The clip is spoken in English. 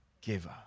giver